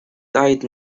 died